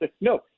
no